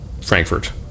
Frankfurt